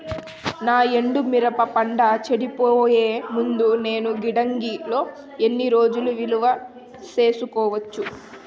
నా ఎండు మిరప పంట చెడిపోయే ముందు నేను గిడ్డంగి లో ఎన్ని రోజులు నిలువ సేసుకోవచ్చు?